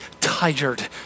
tired